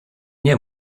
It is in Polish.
nie